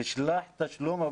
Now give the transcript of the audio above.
נשלח תשלום,